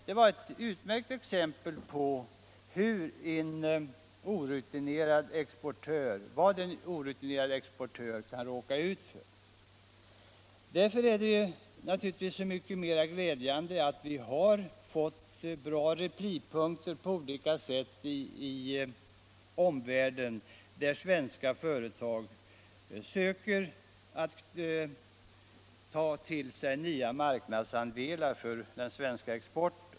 Det var ett utmärkt exempel på vad en orutinerad exportör kan råka ut för. Eftersom sådant förekommer är det naturligtvis så mycket mer glädjande att vi fått bra replipunkter på olika sätt i omvärlden, där svenska företag söker ta till sig nya marknadsandelar för den svenska exporten.